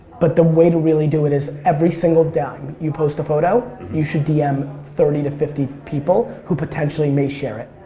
but the way to really do it is every single time you post a photo you should dm thirty to fifty people who potentially may share it.